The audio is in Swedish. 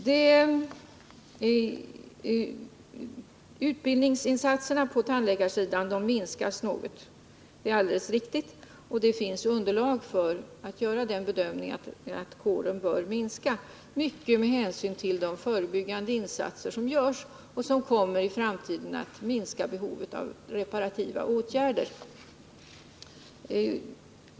55 Utbildningsinsatserna på tandläkarsidan minskas något — det är alldeles riktigt. Och det finns underlag för att göra bedömningen att kåren bör öka i långsammare takt än f.n. till stor del med hänsyn till de förebyggande insatser som görs och som i framtiden kommer att minska behovet av reparativa åtgärder.